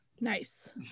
nice